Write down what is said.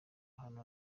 ahantu